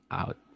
out